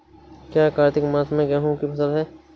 क्या कार्तिक मास में गेहु की फ़सल है?